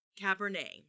Cabernet